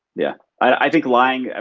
yeah i think lying, ah